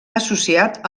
associat